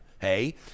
hey